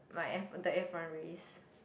my F the F one race